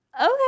Okay